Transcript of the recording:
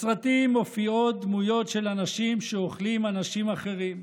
בסרטים מופיעות דמויות של אנשים שאוכלים אנשים אחרים,